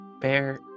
bear